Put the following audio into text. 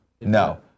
No